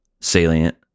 salient